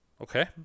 Okay